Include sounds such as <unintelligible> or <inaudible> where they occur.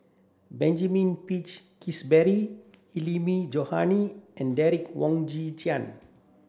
Benjamin Peach Keasberry Hilmi Johandi and Derek Wong Zi <unintelligible>